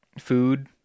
food